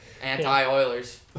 Anti-Oilers